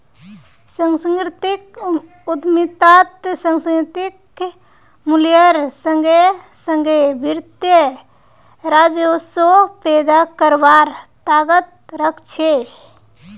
सांस्कृतिक उद्यमितात सांस्कृतिक मूल्येर संगे संगे वित्तीय राजस्व पैदा करवार ताकत रख छे